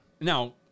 now